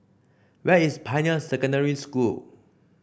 where is Pioneer Secondary School